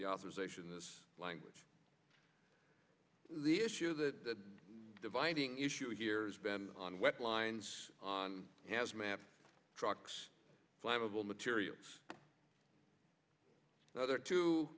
the authorization this language the issue the dividing issue here has been on wet lines on hazmat trucks flammable materials other two